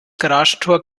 garagentor